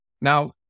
Now